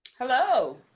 hello